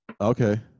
Okay